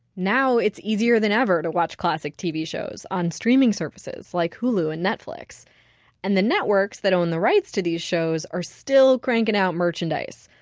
now it's easier than ever to watch classic tv shows on streaming services like hulu and netflix and the networks that own the rights to these shows are still cranking out merchandise.